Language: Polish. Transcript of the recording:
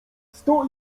stoi